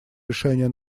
решения